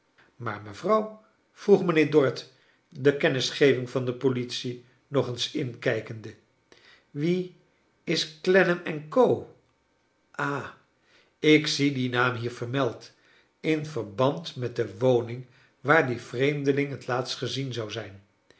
maar mevrouw vroeg mijnheer dorrit de kennisgeving van de politie nog eens inkijkende wie is clennam en co ha ik zie dien naam hier vermeld in verband met de woning waar die vreemdeling het laatste gezien zou zijn